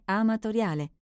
amatoriale